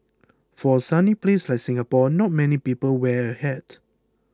for a sunny place like Singapore not many people wear a hat